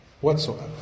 whatsoever